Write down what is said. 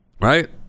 right